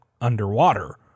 underwater